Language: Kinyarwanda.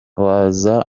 waza